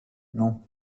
non